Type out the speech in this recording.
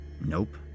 Nope